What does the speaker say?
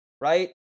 right